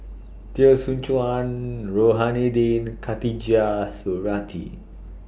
Teo Soon Chuan Rohani Din and Khatijah Surattee